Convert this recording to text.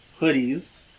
hoodies